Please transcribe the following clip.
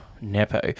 Nepo